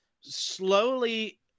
slowly